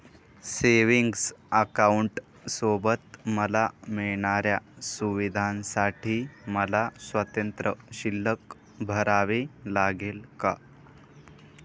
Savings अकाउंटसोबत मला मिळणाऱ्या सुविधांसाठी मला स्वतंत्र शुल्क भरावे लागेल का?